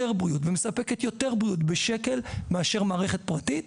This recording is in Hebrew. בריאות ומספקת יותר בריאות בשקל מאשר מערכת פרטית,